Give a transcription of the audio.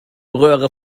röhre